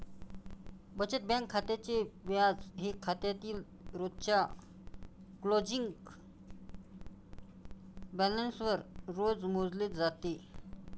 बचत बँक खात्याचे व्याज हे खात्यातील रोजच्या क्लोजिंग बॅलन्सवर रोज मोजले जाते